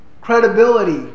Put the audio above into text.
credibility